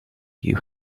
you